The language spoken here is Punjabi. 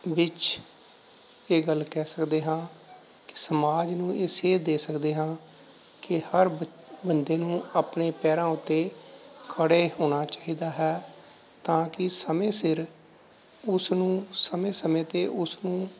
ਵਿਚ ਇਹ ਗੱਲ ਕਹਿ ਸਕਦੇ ਹਾਂ ਕਿ ਸਮਾਜ ਨੂੰ ਇਹ ਸੇਧ ਦੇ ਸਕਦੇ ਹਾਂ ਕਿ ਹਰ ਬਚ ਬੰਦੇ ਨੂੰ ਆਪਣੇ ਪੈਰਾਂ ਉੱਤੇ ਖੜ੍ਹੇ ਹੋਣਾ ਚਾਹੀਦਾ ਹੈ ਤਾਂ ਕਿ ਸਮੇਂ ਸਿਰ ਉਸ ਨੂੰ ਸਮੇਂ ਸਮੇਂ 'ਤੇ ਉਸ ਨੂੰ